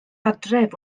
adref